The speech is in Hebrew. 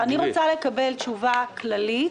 אני רוצה תשובה כללית.